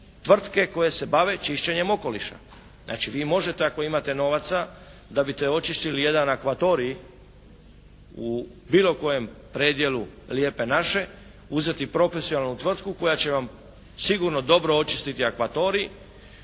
tvrtke koje se bave čišćenjem okoliša. Znači, vi možete ako imate novaca da bi očistili jedan akvatorij u bilo kojem predjelu Lijepe naše uzeti profesionalnu tvrtku koja će vam sigurno dobro očistiti akvatorij,